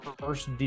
first